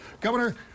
Governor